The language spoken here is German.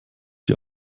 die